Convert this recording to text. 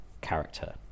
character